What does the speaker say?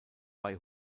bei